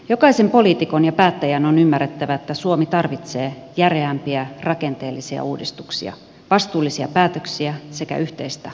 jokaisen poliitikon ja päättäjän on ymmärrettävä että suomi tarvitsee järeämpiä rakenteellisia uudistuksia vastuullisia päätöksiä sekä yhteistä tahtotilaa